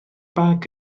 bag